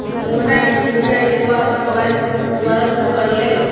मोहना ने यू.पी.आई सेवा अपन मोबाइल द्वारा शुरू कई लय